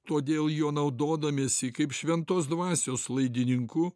todėl juo naudodamiesi kaip šventos dvasios laidininku